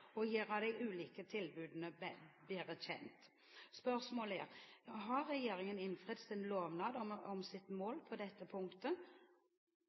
og gjøre de ulike tilbudene bedre kjent. Spørsmålet er: Har regjeringen innfridd sin lovnad om sitt mål på dette punktet?